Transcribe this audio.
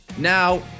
Now